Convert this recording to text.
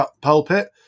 pulpit